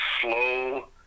slow